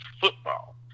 football